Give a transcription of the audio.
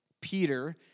Peter